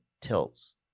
tilts